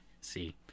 see